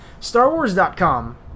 Starwars.com